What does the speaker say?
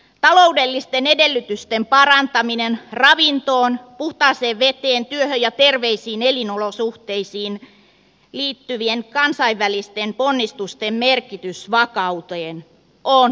taloudellisten edellytysten parantamiseen ravintoon puhtaaseen veteen työhön ja terveisiin elinolosuhteisiin liittyvien kansainvälisten ponnistusten merkitys vakaudelle on ilmeinen